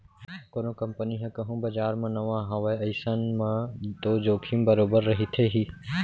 कोनो कंपनी ह कहूँ बजार म नवा हावय अइसन म तो जोखिम बरोबर रहिथे ही